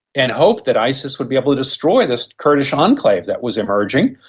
and hoped that isis would be able to destroy this kurdish enclave that was emerging.